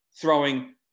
throwing